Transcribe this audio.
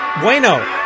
Bueno